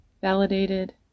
validated